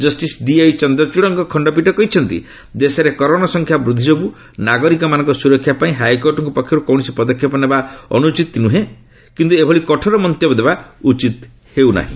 justice D Y ଚନ୍ଦ୍ରଚୂଡ଼ଙ୍କ ଖଶ୍ତପୀଠ କହିଛନ୍ତି ଦେଶରେ କରୋନା ସଂଖ୍ୟା ବୃଦ୍ଧି ଯୋଗୁଁ ନାଗରିକମାନଙ୍କ ସୁରକ୍ଷା ପାଇଁ ହାଇକୋର୍ଟଙ୍କ ପକ୍ଷରୁ କୌଣସି ପଦକ୍ଷେପ ନେବା ଅନୁଚିତ୍ ନୁହେଁ କିନ୍ତୁ ଏଭଳି କଠୋର ମନ୍ତବ୍ୟ ଦେବା ଉଚିତ୍ ହେଉନାହିଁ